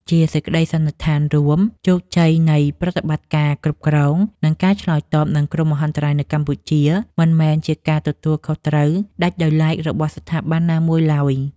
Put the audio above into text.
ជាសេចក្ដីសន្និដ្ឋានរួម ជោគជ័យនៃប្រតិបត្តិការគ្រប់គ្រង និងការឆ្លើយតបនឹងគ្រោះមហន្តរាយនៅកម្ពុជា មិនមែនជាការទទួលខុសត្រូវដាច់ដោយឡែករបស់ស្ថាប័នណាមួយឡើយ។